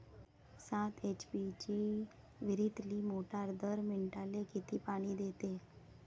सात एच.पी ची विहिरीतली मोटार दर मिनटाले किती पानी देते?